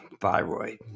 thyroid